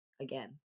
Again